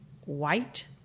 white